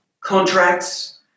contracts